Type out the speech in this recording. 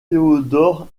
theodor